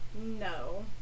no